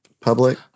public